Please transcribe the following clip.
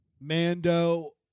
Mando